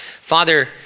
Father